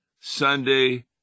Sunday